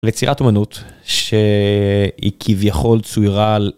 ליצירת אמנות שהיא כביכול צוירה על